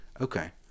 Okay